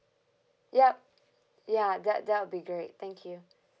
yup ya that that will be great thank you